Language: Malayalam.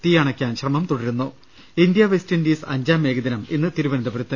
തീ അണയ്ക്കാൻ ശ്രമം തുടരുന്നു ഇന്ത്യ വെസ്റ്റിൻഡീസ് അഞ്ചാം ഏകദിനം ഇന്ന് തിരുവനന്തപുരത്ത്